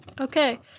Okay